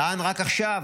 הוא טען רק עכשיו